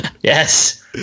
Yes